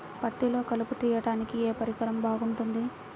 పత్తిలో కలుపు తీయడానికి ఏ పరికరం బాగుంటుంది?